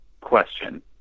question